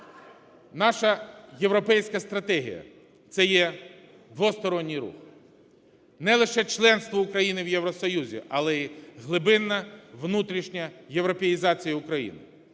наша європейська стратегія – це є двосторонній рух. Не лише членство України в Євросоюзі, але і глибинна внутрішня європеїзація України.